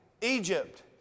Egypt